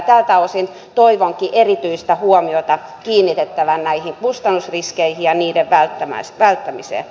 tältä osin toivonkin erityistä huomiota kiinnitettävän näihin kustannusriskeihin ja niiden välttämiseen